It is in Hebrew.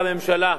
והממשלה,